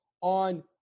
on